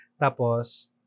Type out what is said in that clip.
Tapos